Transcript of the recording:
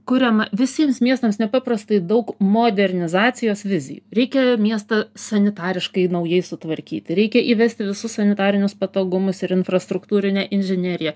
kuriama visiems miestams nepaprastai daug modernizacijos vizijų reikia miestą sanitariškai naujai sutvarkyti reikia įvesti visus sanitarinius patogumus ir infrastruktūrinę inžineriją